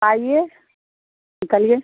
आइए निकलिए